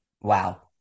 Wow